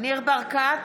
ניר ברקת,